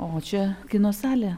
o čia kino salė